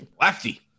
Lefty